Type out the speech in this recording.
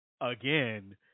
again